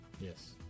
Yes